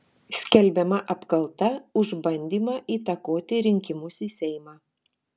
skelbiama apkalta už bandymą įtakoti rinkimus į seimą